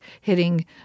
hitting